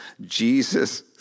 Jesus